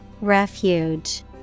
Refuge